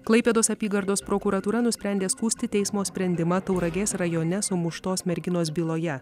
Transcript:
klaipėdos apygardos prokuratūra nusprendė skųsti teismo sprendimą tauragės rajone sumuštos merginos byloje